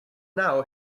now